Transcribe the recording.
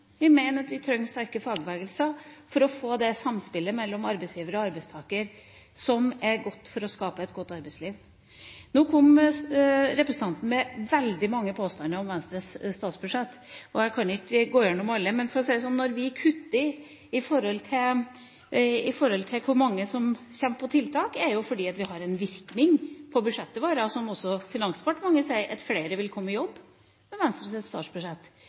Vi mener at vi trenger sterke fagbevegelser for å få det samspillet mellom arbeidsgiver og arbeidstaker som er godt for å skape et godt arbeidsliv. Nå kom representanten med veldig mange påstander om Venstres statsbudsjett, og jeg kan ikke gå igjennom alle. Men for å si det sånn: Når vi kutter i antallet som kommer på tiltak, er det fordi det har en virkning på budsjettet vårt. Finansdepartementet sier også at flere vil komme i jobb med Venstres statsbudsjett.